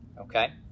okay